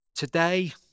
Today